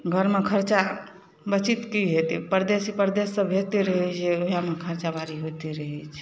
घरमे खरचा बचित कि हेतै परदेसी परदेससँ भेजिते रहै छै वएहमे खरचाबारी होइते रहै छै